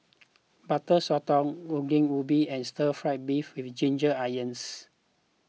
Butter Sotong Ongol Ubi and Stir Fried Beef with Ginger Onions